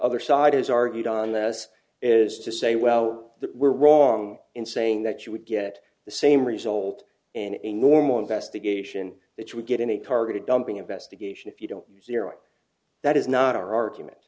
other side is argued on this is to say well we're wrong in saying that you would get the same result in a normal investigation that you would get in a targeted dumping investigation if you don't that is not our argument